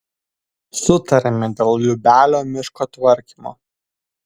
sutarėme dėl liubelio miško tvarkymo